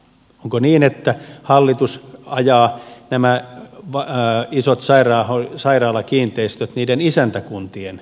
onko niin että hallitus ajaa nämä isot sairaalakiinteistöt niiden isäntäkuntien omistukseen